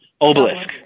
obelisk